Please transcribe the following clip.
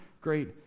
great